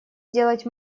сделать